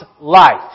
life